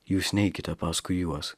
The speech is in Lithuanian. jūs neikite paskui juos